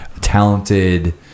Talented